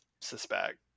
suspect